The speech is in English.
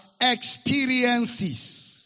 experiences